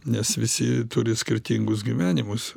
nes visi turi skirtingus gyvenimus